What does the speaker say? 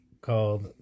called